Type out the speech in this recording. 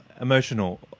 emotional